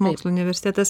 mokslų universitetas